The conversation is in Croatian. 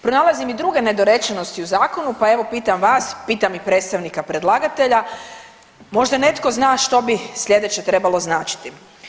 Pronalazim i druge nedorečenosti u zakonu, pa evo pitam vas, pitam i predstavnika predlagatelja, možda netko zna što bi slijedeće trebalo značiti.